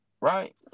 right